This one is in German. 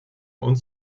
und